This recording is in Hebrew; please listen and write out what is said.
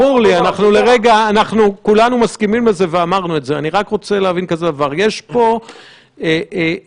אנחנו נבחנים על פי התוצאה.